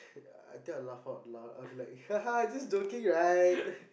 ya I think I laugh of loud I'll be like this dorky guy